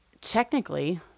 technically